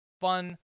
fun